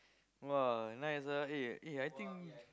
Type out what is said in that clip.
!wah! nice ah eh eh I think